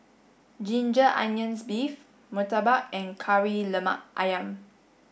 ginger onions beef Murtabak and Kari Lemak Ayam